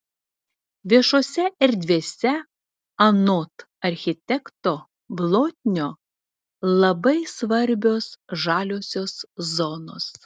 viešose erdvėse anot architekto blotnio labai svarbios žaliosios zonos